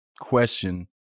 question